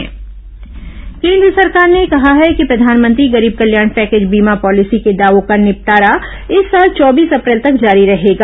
केन्द्र कोविड गरीब कल्याण केंद्र सरकार ने कहा है कि प्रधानमंत्री गरीब कल्याण पैकेज बीमा पॉलिसी के दावों का निपटारा इस साल चौबीस अप्रैल तक जारी रहेगा